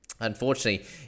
Unfortunately